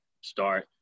start